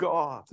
God